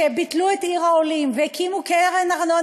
כשביטלו את עיר העולים והקימו קרן ארנונה